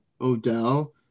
Odell